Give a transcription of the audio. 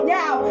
now